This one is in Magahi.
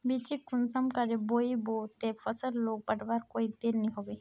बिच्चिक कुंसम करे बोई बो ते फसल लोक बढ़वार कोई देर नी होबे?